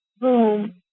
boom